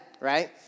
right